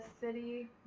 city